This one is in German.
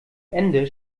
ende